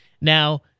Now